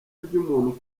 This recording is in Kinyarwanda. ry’umuntu